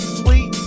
sweet